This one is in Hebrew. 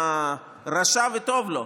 רשע וטוב לו,